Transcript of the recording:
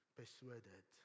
persuaded